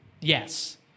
yes